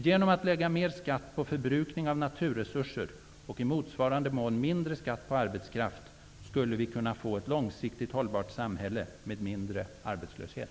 Genom att lägga mer skatt på förbrukning av naturresurser och i motsvarande mån minska skatten på arbetskraft skulle vi kunna få ett långsiktigt hållbart samhälle med mindre arbetslöshet.